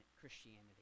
Christianity